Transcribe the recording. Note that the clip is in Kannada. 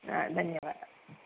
ಹಾಂ ಧನ್ಯವಾದ